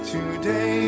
Today